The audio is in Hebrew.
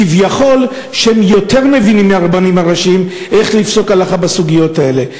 כביכול הם מבינים יותר מהרבנים הראשיים איך לפסוק הלכה בסוגיות האלה,